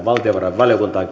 valtiovarainvaliokuntaan